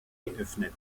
geöffnet